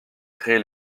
créé